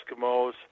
Eskimos